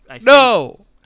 No